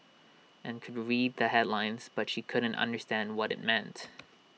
and could read the headlines but she couldn't understand what IT meant